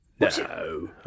No